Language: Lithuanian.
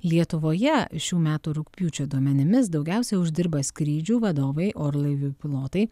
lietuvoje šių metų rugpjūčio duomenimis daugiausiai uždirba skrydžių vadovai orlaivių pilotai